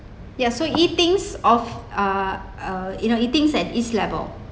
ya so he thinks of uh uh you know he's thinks at his level